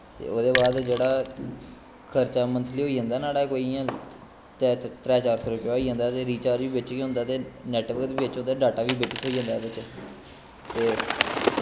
ते ओह्दै बाद जेह्ड़ा खर्टा मंथली नाह्ड़ा होई जंदा इयां त्रै चार सो रपेआ होई जंदा ते रिचार्ज बी बिच्च गै होंदा ते नैटबर्क बी बिच्च ते डाटा बी बिच्च थ्होई जंदा बिच्च ते